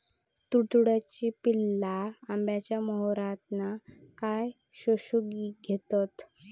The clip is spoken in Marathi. तुडतुड्याची पिल्ला आंब्याच्या मोहरातना काय शोशून घेतत?